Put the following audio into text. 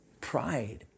Pride